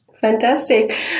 fantastic